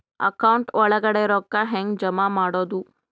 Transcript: Account ಒಳಗಡೆ ರೊಕ್ಕ ಹೆಂಗ್ ಜಮಾ ಮಾಡುದು?